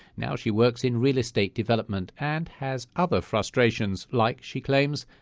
now she works in real estate development and has other frustrations, like, she claims,